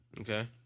Okay